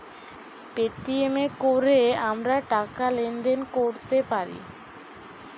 Paytm এ কোরে আমরা টাকা লেনদেন কোরতে পারি